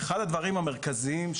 אחד הדברים המרכזיים